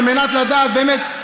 על מנת לדעת באמת,